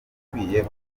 ukwiye